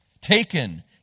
taken